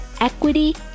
equity